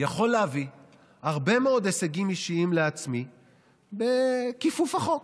יכול להביא הרבה מאוד הישגים אישיים לעצמי בכיפוף החוק.